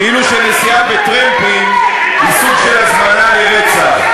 כאילו שנסיעה בטרמפים היא סוג של הזמנה לרצח.